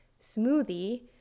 smoothie